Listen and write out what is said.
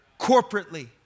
corporately